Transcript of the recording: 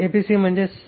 ही ABC म्हणजे